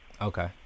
Okay